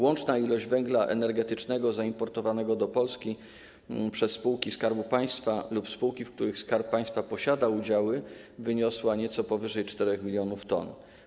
Łączna ilość węgla energetycznego zaimportowanego do Polski przez spółki Skarbu Państwa lub spółki, w których Skarb Państwa posiada udziały, wyniosła nieco powyżej 4 mln t.